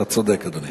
אתה צודק, אדוני.